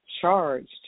charged